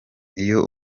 iyo